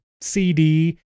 CD